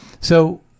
So-